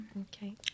Okay